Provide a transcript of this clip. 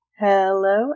Hello